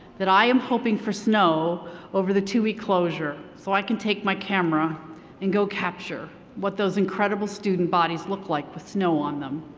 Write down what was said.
that i am hoping for snow over the two week closure, so i can take my camera and go capture what those incredible student bodies look like with snow on them.